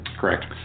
Correct